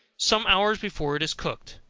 some hours before it is cooked,